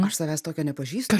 aš savęs tokio nepažįstu